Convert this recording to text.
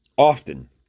often